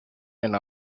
and